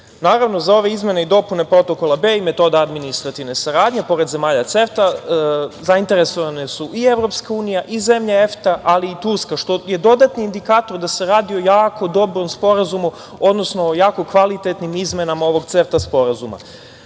BDP-a. Naravno, za ove izmene i dopune Protokola B i metoda administrativne saradnje, pored zemalja CEFTA, zainteresovane su i EU i zemlje EFTA, ali i Turska, što je dodatni indikator da se radi o jako dobrom sporazumu, odnosno o jako kvalitetnim izmenama ovog CEFTA sporazuma,